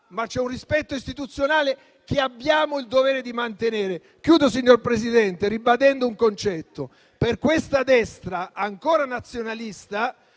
ma c'è un rispetto istituzionale che abbiamo il dovere di mantenere. Concludo, signor Presidente, ribadendo un concetto. Per questa destra ancora nazionalista